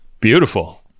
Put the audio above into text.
Beautiful